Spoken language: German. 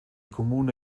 kommune